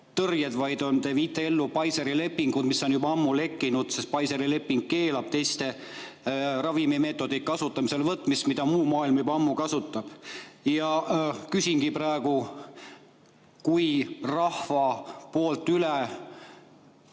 tõrjed, vaid te viite ellu Pfizeri lepinguid, mis on juba ammu lekkinud. Pfizeri leping keelab teiste ravimimeetodite kasutamisele võtmist, mida muu maailm juba ammu kasutab. Küsingi praegu üle rahva esitatud